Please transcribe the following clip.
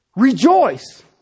Rejoice